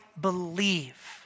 believe